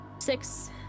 Six